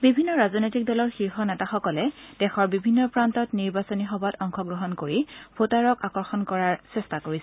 বিভিন্ন ৰাজনৈতিক দলৰ শীৰ্ষ নেতাসকলে দেশৰ বিভিন্ন প্ৰান্তত নিৰ্বাচনী সভাত অংশগ্ৰহণ কৰি ভোটাৰক আকৰ্ষণ কৰাৰ চেষ্টা কৰিছে